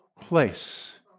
place